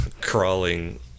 crawling